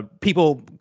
people